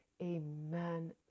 amen